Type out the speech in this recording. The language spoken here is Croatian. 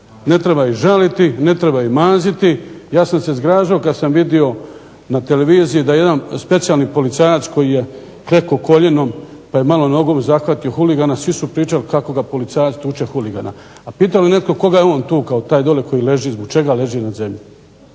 ne treba uopće žaliti, ne treba ih maziti. Ja sam se zgražao kad sam vidio na televiziji da jedan specijalni policajac koji je kleknuo koljenom pa je malo nogom zahvatio huligana svi su pričali kako ga policajac tuče huligana. A pita li netko koga je on tukao, taj dole koji leži, zbog čega leži na zemlji.